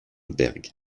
berg